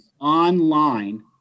online